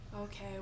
Okay